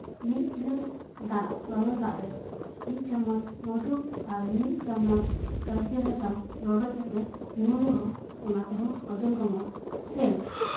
ᱢᱤᱫ ᱜᱤᱞᱟᱹᱥ ᱫᱟᱜ ᱞᱚᱞᱚ ᱫᱟᱜ ᱨᱮ ᱢᱤᱫ ᱪᱟᱢᱚᱪ ᱢᱚᱫᱷᱩ ᱟᱨ ᱢᱤᱫ ᱪᱟᱢᱚᱪ ᱠᱟᱵᱡᱤ ᱨᱟᱥᱟ ᱨᱚᱰᱚᱡ ᱠᱟᱛᱮ ᱧᱩ ᱨᱮᱦᱚᱸ ᱚᱱᱟ ᱛᱮᱦᱚᱸ ᱚᱡᱚᱱ ᱠᱚᱢᱚᱜᱼᱟ ᱥᱮ